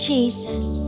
Jesus